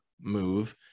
move